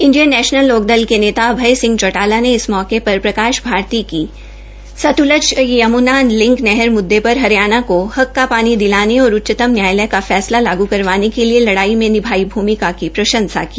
Indian National Lokdal के नेता अभय सिंह चौटाला ने इस मौके पर प्रकाश भारती की सतजुल यमुना लिंक नहर मुददे पर हरियाणा को हक का पानी दिलाने और उच्चतम न्यायालय का फैसला लागू करवाने के लिए लड़ाई में निभाई भूमिका की प्रंशसा की